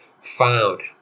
found